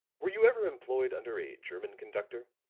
were you ever employed under a german conductor?